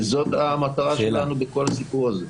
וזו המטרה שלנו בכל הסיפור הזה.